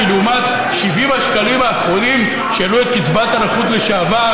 כי לעומת 70 השקלים האחרונים שהעלו את קצבת הנכות לשעבר,